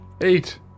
Eight